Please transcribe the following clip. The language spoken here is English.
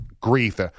grief